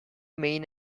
mean